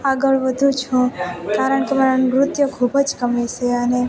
આગળ વધું છું કારણ કે મારા નૃત્ય ખૂબ જ ગમે છે અને